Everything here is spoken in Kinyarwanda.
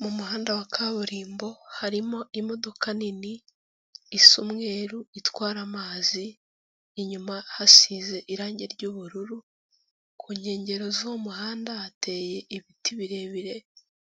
Mu muhanda wa kaburimbo harimo imodoka nini isa umweru itwara amazi, inyuma hasize irangi ry'ubururu, ku nkengero z'umuhanda hateye ibiti birebire